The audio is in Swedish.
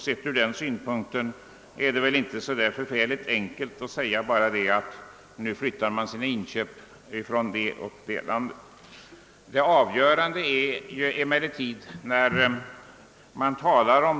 Sett ur den synpunkten är det inte så enkelt att bara flytta sina inköp från det ena landet till det andra.